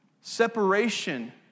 separation